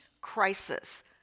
crisis